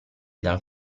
dal